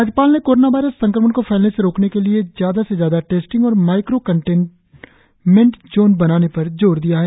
राज्यपाल ने corona virus संक्रमण को फैलने से रोकने के लिए ज्यादा से ज्यादा टेस्टिंग और माइक्रो कंटेटमेंट जोन बनाने पर जोर दिया है